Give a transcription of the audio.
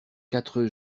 quatre